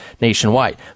nationwide